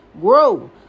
Grow